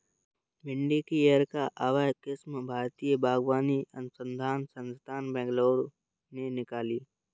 भिंडी की अर्का अभय किस्म भारतीय बागवानी अनुसंधान संस्थान, बैंगलोर ने निकाली